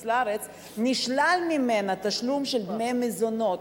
נשלל ממנה תשלום של דמי מזונות.